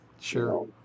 Sure